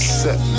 set